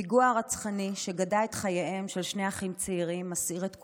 הפיגוע הרצחני שגדע את חייהם של שני אחים צעירים מסעיר את כולנו,